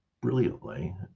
brilliantly